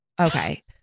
Okay